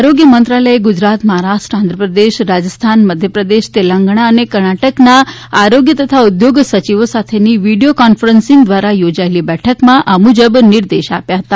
આરોગ્ય મંત્રાલયે ગુજરાત મહારાષ્ટ્ર આંધ્રપ્રદેશ રાજસ્થાન મધ્યપ્રદેશ તેલંગણા અને કર્ણાટકના આરોગ્ય તથા ઉદ્યોગ સચિવો સાથેની વીડિયો કોન્ફરન્સિંગ દ્વારા યોજાયેલી બેઠકમાં આ મુજબ નિર્દેશ આપ્યો હતો